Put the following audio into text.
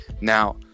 Now